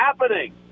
happening